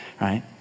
right